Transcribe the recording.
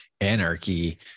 anarchy